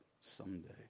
someday